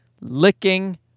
licking